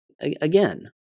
Again